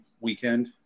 weekend